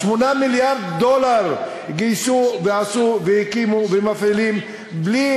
8 מיליארד דולר גייסו, עשו והקימו ומפעילים, בלי